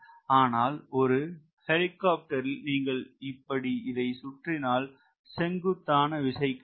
ஆனால் ஒரு ஹெலிகாப்டர்ல் நீங்கள் இப்படி இதை சுற்றினால் செங்குத்தான விசை கிடைக்கும்